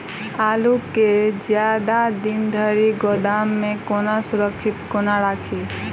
आलु केँ जियादा दिन धरि गोदाम मे कोना सुरक्षित कोना राखि?